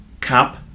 Cap